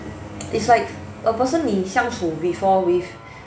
is like a person 你相处 before with